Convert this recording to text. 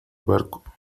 barco